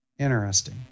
interesting